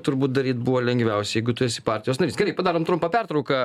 turbūt daryt buvo lengviausia jeigu tu esi partijos narys gerai padarom trumpą pertrauką